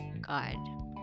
god